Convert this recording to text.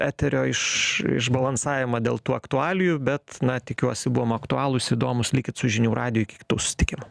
eterio iš išbalansavimą dėl tų aktualijų bet na tikiuosi buvom aktualūs įdomūs likit su žinių radiju iki kitų susitikimų